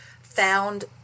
found